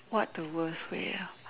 what the worst way ah